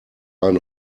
ein